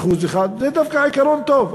1%. זה דווקא עיקרון טוב,